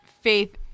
Faith